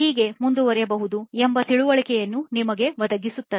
ಹೇಗೆ ಮುಂದುವರಿಯಬಹುದು ಎಂಬ ತಿಳುವಳಿಕೆಯನ್ನು ನಿಮಗೆ ಒದಗಿಸುತ್ತದೆ